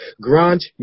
Grant